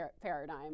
paradigm